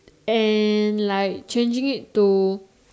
and like changing it to